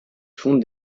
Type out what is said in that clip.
fonde